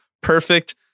perfect